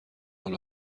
حال